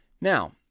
Now